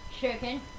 Chicken